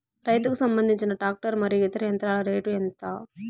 రైతుకు సంబంధించిన టాక్టర్ మరియు ఇతర యంత్రాల రేటు ఎంత?